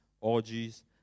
orgies